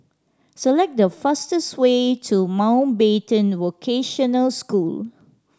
select the fastest way to Mountbatten Vocational School